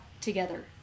together